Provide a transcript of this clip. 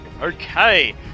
Okay